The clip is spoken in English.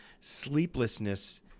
sleeplessness